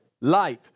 life